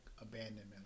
abandonment